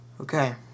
okay